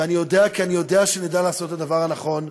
ואני יודע, כי אני יודע שנדע לעשות את הדבר הנכון,